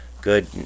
Good